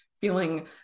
feeling